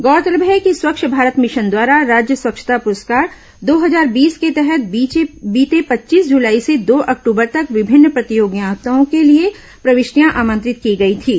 गौरतलब है कि स्वच्छ भारत मिशन द्वारा राज्य स्वच्छता पुरस्कार दो हजार बीस के तहत बीते पच्चीस जुलाई से दो अक्टूबर तक विभिन्न प्रतियोगिताओ के लिए प्रविष्टियां आमंत्रित की गई थीं